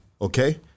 Okay